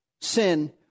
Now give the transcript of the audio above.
sin